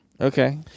Okay